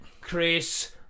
Chris